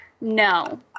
No